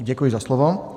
Děkuji za slovo.